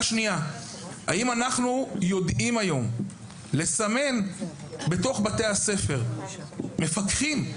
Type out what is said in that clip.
האם אנחנו יודעים היום לסמן בתוך בתי הספר את המפקחים שלנו?